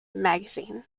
magazine